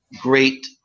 great